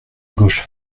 gauche